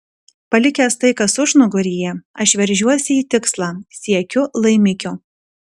palikęs tai kas užnugaryje aš veržiuosi į tikslą siekiu laimikio